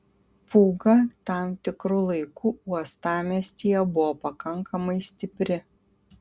pūga tam tikru laiku uostamiestyje buvo pakankamai stipri